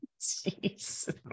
Jeez